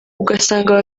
ugasanga